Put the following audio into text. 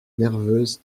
nerveuse